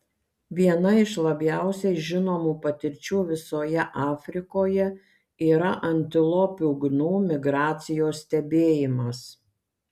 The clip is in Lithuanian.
viena iš labiausiai žinomų patirčių visoje afrikoje yra antilopių gnu migracijos stebėjimas